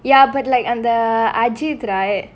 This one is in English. ya but like and uh அந்த:antha ajeedh right